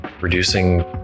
reducing